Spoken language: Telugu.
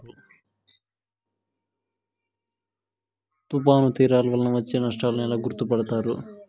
తుఫాను తీరాలు వలన వచ్చే నష్టాలను ఎలా గుర్తుపడతారు?